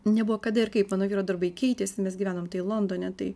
nebuvo kada ir kaip mano vyro darbai keitės mes gyvenom tai londone tai